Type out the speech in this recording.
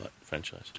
franchise